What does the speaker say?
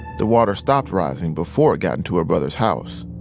the water stopped rising before it got into her brother's house.